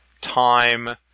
time